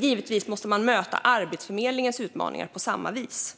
Givetvis måste man möta Arbetsförmedlingens utmaningar på samma vis.